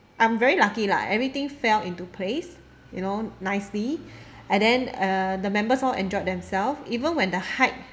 I'm very lucky lah everything fell into place you know nicely and then uh the members all enjoyed themselves even when the hike